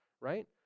Right